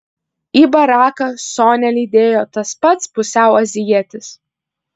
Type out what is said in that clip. į baraką sonią lydėjo tas pats pusiau azijietis